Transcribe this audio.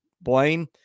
Blaine